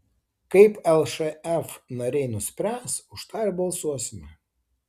kaip lšf nariai nuspręs už tą ir balsuosime